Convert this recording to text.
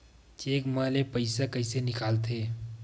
Cheque म ले पईसा कइसे निकलथे?